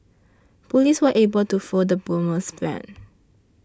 police were able to foil the bomber's plans